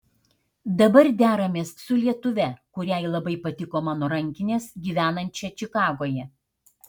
dabar deramės su lietuve kuriai labai patiko mano rankinės gyvenančia čikagoje